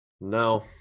No